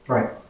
Right